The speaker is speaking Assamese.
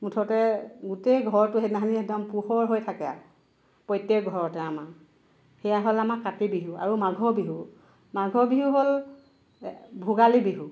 মুঠতে গোটেই ঘৰটো সেইদিনাখনি একদম পোহৰ হৈ থাকে আৰু প্ৰত্যেক ঘৰতে আমাৰ সেয়া হ'ল আমাৰ কাতি বিহু আৰু মাঘ বিহু মাঘ বিহু হ'ল ভোগালী বিহু